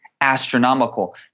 Astronomical